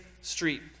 street